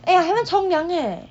eh I haven't 冲凉 eh